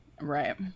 Right